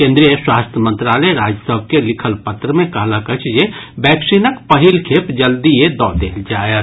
केन्द्रीय स्वास्थ्य मंत्रालय राज्य सभ के लिखल पत्र मे कहलक अछि जे वैक्सीनक पहिल खेप जल्दीए दऽ देल जायत